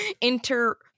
inter